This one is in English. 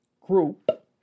group